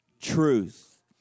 truth